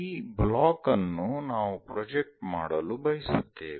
ಈ ಬ್ಲಾಕ್ ಅನ್ನು ನಾವು ಪ್ರೊಜೆಕ್ಟ್ ಮಾಡಲು ಬಯಸುತ್ತೇವೆ